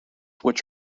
which